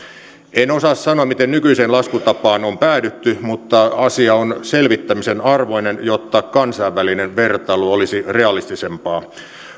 en osaa sanoa miten nykyiseen laskutapaan on päädytty mutta asia on selvittämisen arvoinen jotta kansainvälinen vertailu olisi realistisempaa